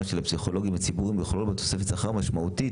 של הפסיכולוגים הציבוריים ולכלול בו תוספת שכר משמעותית,